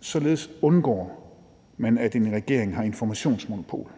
Således undgår man, at en regering har informationsmonopol.